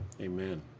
Amen